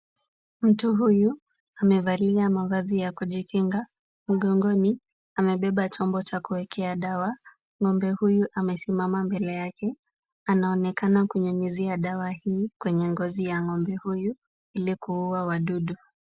Mtu huyu amevalia mavazi ya kujikinga. Mgongoni, amebeba chombo cha kubebea dawa. Ng'ombe huyu amesimama mbele yake. Anaonekana kunyunyizia dawa hii kwenye ngozi ya ng'ombe huyu ili kuua wadudu.